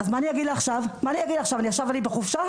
אז מה אני אגיד עכשיו, עכשיו אני בחופשה?